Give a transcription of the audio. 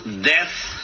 death